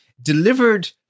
delivered